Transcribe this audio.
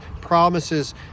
promises